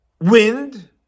wind